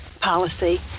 policy